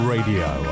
Radio